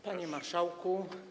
Panie Marszałku!